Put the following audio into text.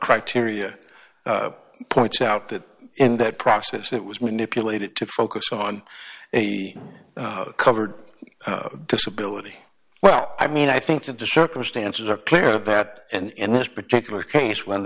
criteria points out that in that process it was manipulated to focus on a covered disability well i mean i think that the circumstances are clear of that and in this particular case when